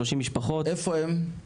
איפה הם?